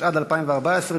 התשע"ד 2014,